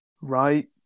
right